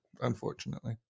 Unfortunately